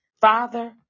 father